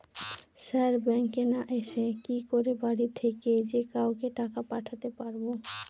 Sir ব্যাঙ্কে না এসে কি করে বাড়ি থেকেই যে কাউকে টাকা পাঠাতে পারবো?